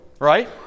right